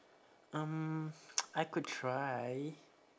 um I could try